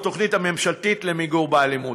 התוכנית הממשלתית למיגור באלימות.